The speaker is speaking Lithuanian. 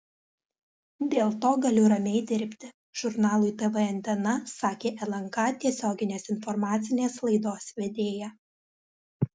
dėl to galiu ramiai dirbti žurnalui tv antena sakė lnk tiesioginės informacinės laidos vedėja